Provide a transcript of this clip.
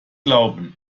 glauben